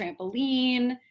trampoline